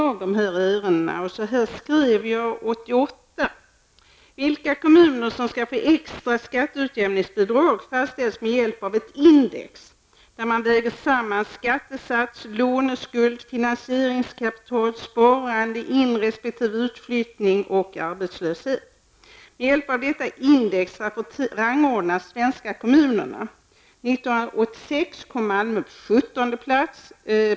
Jag skrev så här 1988: Vilka kommuner som skall få extra skatteutjämningsbidrag fastställs med hjälp av ett index, där man väger samman skattesats, låneskuld, finansieringskapital, sparande, in-/ resp. utflyttning och arbetslöshet. Med hjälp av detta index rangordnas de svenska kommunerna. 1986 kom Malmö på plats 17.